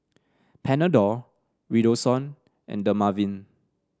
Panadol Redoxon and Dermaveen